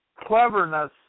cleverness